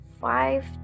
five